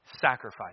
sacrifice